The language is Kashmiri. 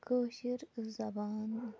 کٲشٕر زَبان